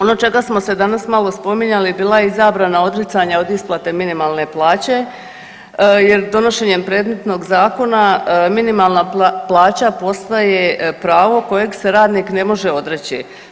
Ono čega smo se danas malo spominjali bila je i zabrana odricanja od isplate minimalne plaće jer donošenjem predmetnog zakona minimalna plaća postaje pravo kojeg se radnik ne može odreći.